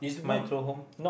is my true home